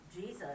Jesus